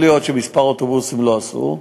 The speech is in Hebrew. יכול להיות שכמה אוטובוסים לא עשו,